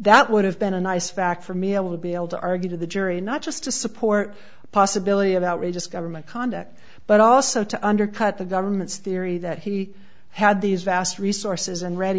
that would have been a nice fact for me able to be able to argue to the jury not just to support the possibility of outrageous government conduct but also to undercut the government's theory that he had these vast resources and ready